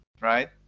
right